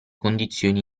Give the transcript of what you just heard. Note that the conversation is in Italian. condizioni